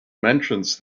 mentions